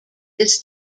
this